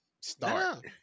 start